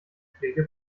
schläge